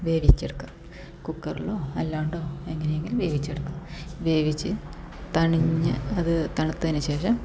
വേവിച്ചെടുക്കുക കുക്കറിലോ അല്ലാണ്ടോ എങ്ങനെയെങ്കിലും വേവിച്ചെടുക്കുക വേവിച്ച് തണിഞ്ഞ് അത് തണുത്തതിന് ശേഷം